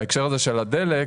בהקשר הזה של הדלק,